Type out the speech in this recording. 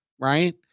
right